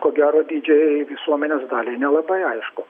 ko gero didžiajai visuomenės daliai nelabai aišku